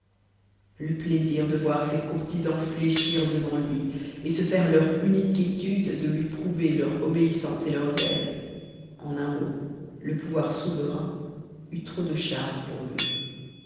le plaisir de voir ses courtisans fléchir devant lui et se faire leur unique étude de lui prouver leur obéissance et leur zèle en un mot le pouvoir souverain eut trop de charmes pour lui